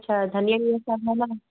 अच्छा धनिया